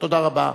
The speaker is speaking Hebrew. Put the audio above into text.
תודה רבה.